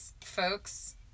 Folks